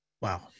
Wow